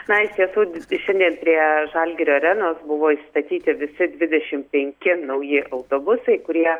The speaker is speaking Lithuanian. na ištiesų šiandien prie žalgirio arenos buvo išstatyti visi dvidešimt penki nauji autobusai kurie